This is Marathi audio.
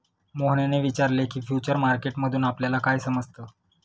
मोहनने विचारले की, फ्युचर मार्केट मधून आपल्याला काय समजतं?